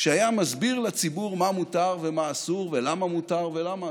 שהיה מסביר לציבור מה מותר ומה אסור ולמה מותר ולמה אסור.